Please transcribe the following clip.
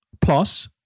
Plus